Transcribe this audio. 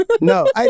no